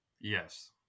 Yes